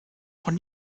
von